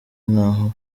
nk’aho